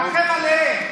רחם עליהם.